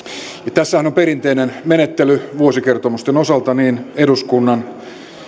tässähän on perinteinen menettely vuosikertomusten osalta niin eduskunnan